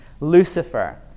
lucifer